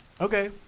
Okay